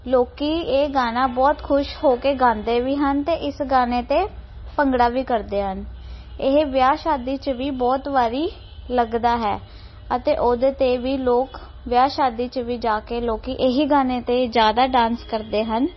ਲੋਕ ਇਹ ਗਾਣਾ ਬਹੁਤ ਖੁਸ਼ ਹੋ ਕੇ ਗਾਉਂਦੇ ਵੀ ਹਨ ਅਤੇ ਇਸ ਗਾਣੇ 'ਤੇ ਭੰਗੜਾ ਵੀ ਕਰਦੇ ਹਨ ਇਹ ਵਿਆਹ ਸ਼ਾਦੀ 'ਚ ਵੀ ਬਹੁਤ ਵਾਰ ਲੱਗਦਾ ਹੈ ਅਤੇ ਉਹਦੇ 'ਤੇ ਵੀ ਲੋਕ ਵਿਆਹ ਸ਼ਾਦੀ 'ਚ ਵੀ ਜਾ ਕੇ ਲੋਕ ਇਹ ਹੀ ਗਾਣੇ 'ਤੇ ਜ਼ਿਆਦਾ ਡਾਂਸ ਕਰਦੇ ਹਨ